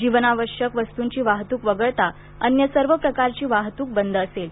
जीवनावश्यक वस्तूंची वाहतूक वगळता अन्य सर्व प्रकारची वाहतूक बंद असेल